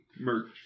merch